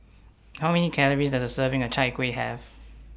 How Many Calories Does A Serving of Chai Kuih Have